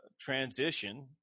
transition